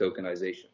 tokenization